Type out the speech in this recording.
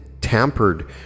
tampered